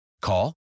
Call